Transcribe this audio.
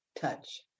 touch